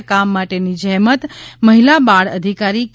આ કામ માટેની જ્રેમત મહિલા બાળ અધિકારી કે